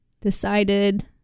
decided